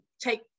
take